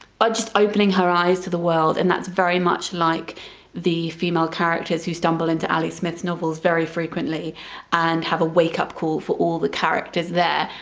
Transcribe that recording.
but open her eyes to the world and that's very much like the female characters who stumble into ali smith's novels very frequently and have a wake-up call for all the characters there,